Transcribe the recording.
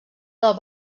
del